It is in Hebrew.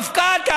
הוא מפכ"ל.